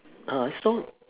uh so